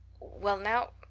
well now,